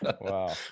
wow